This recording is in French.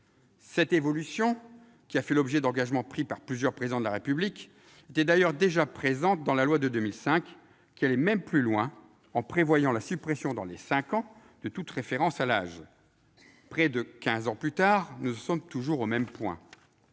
Cette évolution, qui a fait l'objet d'engagements pris par plusieurs Présidents de la République, était d'ailleurs déjà présente dans la loi de 2005, qui allait même plus loin en prévoyant la suppression, dans les cinq ans, de toute référence à l'âge. Près de quinze ans plus tard, nous en sommes toujours au même point